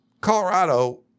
Colorado